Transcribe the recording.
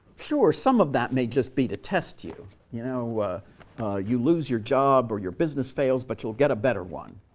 sure, some of that may just be to test you you know you lose your job or your business fails, but you'll get a better one